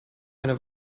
eine